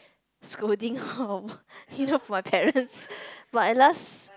scolding lor you know from my parents but at last